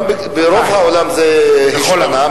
ברוב העולם זה השתנה,